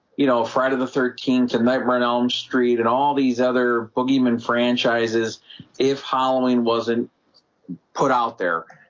you know fright of the thirteen to metronome street and all these other boogeyman franchises if halloween wasn't put out there